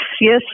yes